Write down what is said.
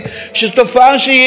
שיש תופעה שהיא גלובלית,